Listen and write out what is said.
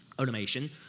automation